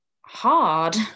hard